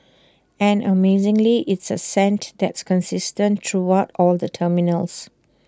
and amazingly it's A scent that's consistent throughout all the terminals